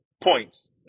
points